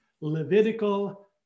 Levitical